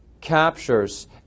captures